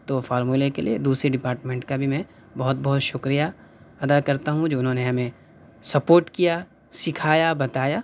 تو فارمولے کے لئے دوسرے ڈپارٹمنٹ کا بھی میں بہت بہت شُکریہ ادا کرتا ہوں جو اُنہوں نے ہمیں سپوٹ کیا سکھایا بتایا